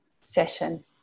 session